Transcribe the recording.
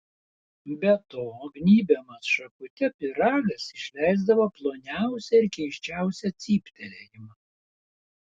be to gnybiamas šakute pyragas išleisdavo ploniausią ir keisčiausią cyptelėjimą